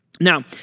Now